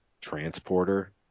Transporter